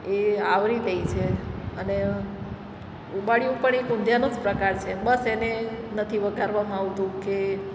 એ આવરી દે છે અને ઊંબાડિયું પણ એક ઊંધિયાનું જ પ્રકાર છે બસ એને નથી વઘારવામાં આવતું કે